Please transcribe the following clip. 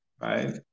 right